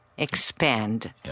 expand